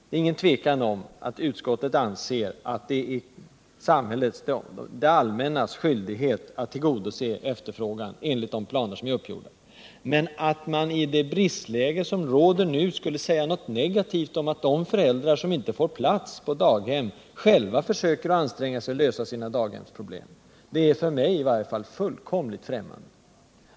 Visserligen anser utskottet att det är det allmännas skyldighet att tillgodose efterfrågan enligt de planer som är uppgjorda. Men att man i det bristläge som nu råder skulle säga något negativt om de föräldrar som inte får plats för sina barn på daghem, utan själva anstränger sig att lösa sina daghemsproblem, är i varje fall för mig fullständigt främmande.